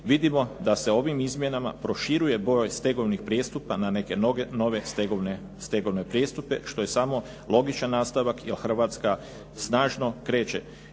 Vidimo da se ovim izmjenama proširuje broj stegovnih prijestupa na neke nove stegovne prijestupe, što je samo logičan nastavak jer Hrvatska snažno kreće,